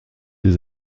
des